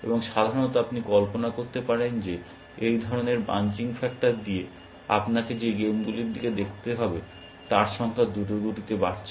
এবং সাধারণত আপনি কল্পনা করতে পারেন যে এই ধরণের ব্রানচিং ফ্যাক্টর দিয়ে আপনাকে যে গেমগুলির দিকে দেখতে হবে তার সংখ্যা দ্রুতগতিতে বাড়ছে